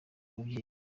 babyeyi